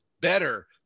better